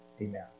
Amen